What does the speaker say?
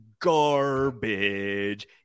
garbage